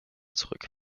zurück